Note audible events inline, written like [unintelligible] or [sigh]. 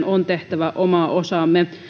[unintelligible] on tehtävä oma osamme